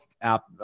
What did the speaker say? app